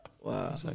Wow